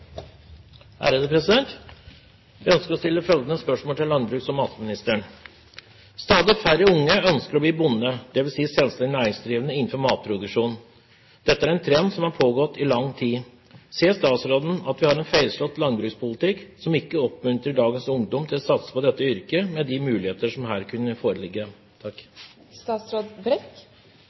matministeren: «Stadig færre unge ønsker å bli bonde, dvs. selvstendig næringsdrivende innenfor matproduksjon. Dette er en trend som har pågått i lang tid. Ser statsråden at vi har en feilslått landbrukspolitikk som ikke oppmuntrer dagens ungdom til å satse på dette yrket med de muligheter som her kunne foreligge?»